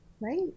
right